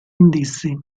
indizi